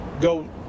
go